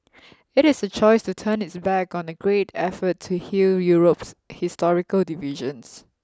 it is a choice to turn its back on the great effort to heal Europe's historical divisions